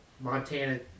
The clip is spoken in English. Montana